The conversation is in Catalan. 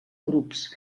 grups